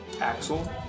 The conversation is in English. Axel